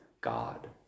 God